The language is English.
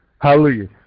Hallelujah